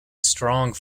strong